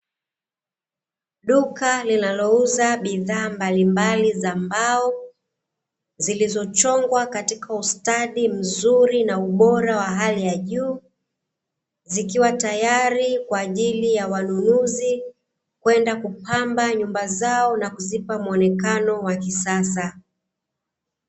Duka linalouza bidhaa mbalimbali za mbao zilizochongwa katika ustadi mzuri na ubora wa hali ya juu, zikiwa tayari kwaajili ya wanunuzi kwenda kupamba nyumba zao na kuzipa mwenekano wa kisasa.